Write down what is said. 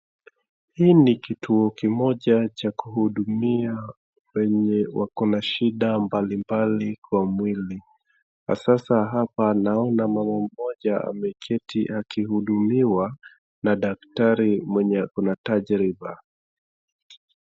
Hii ni kituo kimoja cha kuhudumia wenye wako na shida mbalimbali kwa mwili, na sasa hapa naona mama mmoja ameketi akihudumiwa na daktari mwenye ako na tajriba.